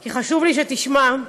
כי חשוב לי שתשמע,